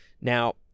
Now